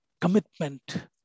commitment